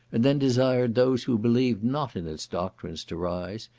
and then desired those who believed not in its doctrines to rise,